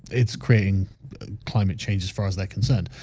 it's crane climate change as far as they're concerned